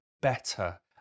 better